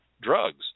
drugs